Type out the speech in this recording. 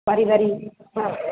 ਵਾਰ ਵਾਰ ਹਾਂ